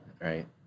Right